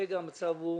כרגע המצב הוא